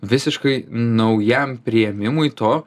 visiškai naujam priėmimui to